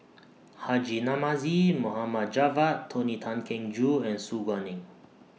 Haji Namazie Mohd Javad Tony Tan Keng Joo and Su Guaning